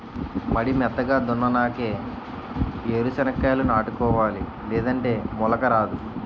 మడి మెత్తగా దున్నునాకే ఏరు సెనక్కాయాలు నాటుకోవాలి లేదంటే మొలక రాదు